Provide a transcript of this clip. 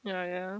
ya ya